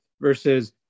versus